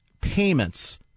payments